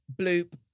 bloop